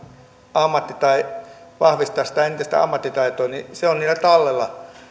ammatti tai vahvistaa sitä entistä ammattitaitoa on heillä tallella